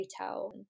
retail